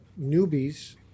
newbies